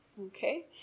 Okay